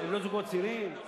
הם לא זוגות צעירים?